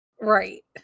right